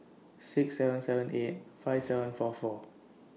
six seven seven eight five seven four four